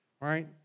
right